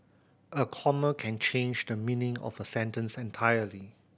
a comma can change the meaning of a sentence entirely